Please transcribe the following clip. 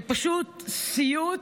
זה פשוט סיוט